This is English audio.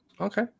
Okay